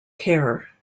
care